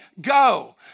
go